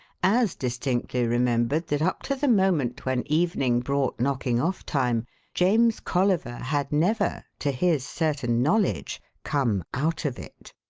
as distinctly remembered that up to the moment when evening brought knocking-off time james colliver had never, to his certain knowledge, come out of it!